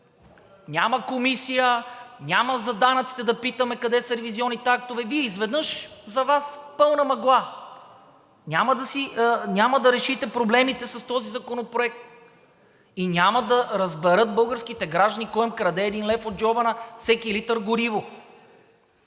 Няма комисия, няма за данъците да питаме къде са ревизионните актове, Вие изведнъж – за Вас пълна мъгла. Няма да решите проблемите с този законопроект и няма да разберат българските граждани кой им краде един лев от джоба на всеки литър гориво.